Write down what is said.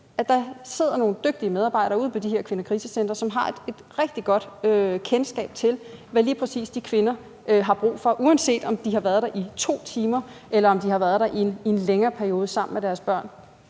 der sidder nogle dygtige medarbejdere ude på de her kvindekrisecentre, som har et rigtig godt kendskab til, hvad lige præcis de kvinder har brug for, uanset om de har været der i 2 timer, eller om de har været der i en længere periode sammen med deres børn.